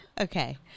Okay